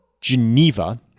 Geneva